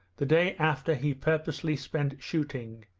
the day after he purposely spent shooting,